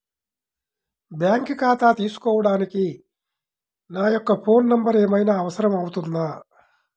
Bank ఖాతా తీసుకోవడానికి నా యొక్క ఫోన్ నెంబర్ ఏమైనా అవసరం అవుతుందా?